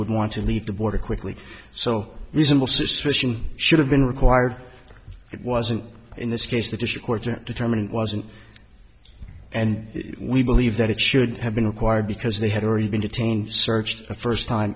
would want to leave the border quickly so reasonable suspicion should have been required it wasn't in this case that it should court determined wasn't and we believe that it should have been required because they had already been detained searched a first time